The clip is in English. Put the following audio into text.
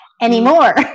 anymore